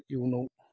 इयुनाव